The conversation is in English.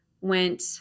went